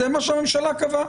זה מה שהממשלה קבעה.